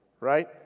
right